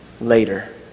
later